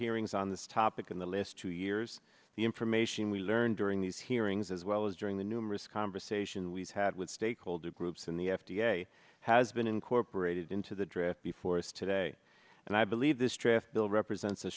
hearings on this topic in the last two years the information we learned during these hearings as well as during the numerous conversations we've had with stakeholder groups in the f d a has been incorporated into the draft before us today and i believe this traffic bill represents a